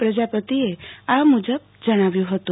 પ્રજાપતિએ આ મુજબ જણાવ્યું હતું